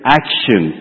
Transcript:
action